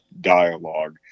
Dialogue